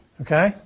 Okay